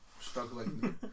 struggling